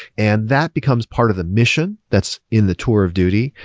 and that becomes part of the mission. that's in the tour of duty.